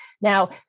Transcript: Now